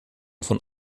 von